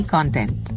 Content